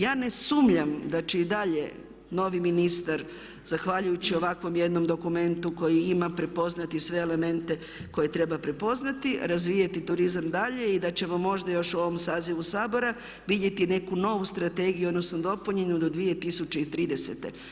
Ja ne sumnjam da će i dalje novi ministar zahvaljujući ovakvom jednom dokumentu koji ima prepoznati sve elemente koje treba prepoznati, razvijati turizam dalje i da ćemo možda još u ovom sazivu Sabora vidjeti neku novu strategiju, odnosno dopunjenu do 2030.